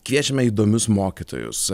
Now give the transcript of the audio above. kviečiame įdomius mokytojus